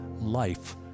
life